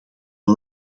een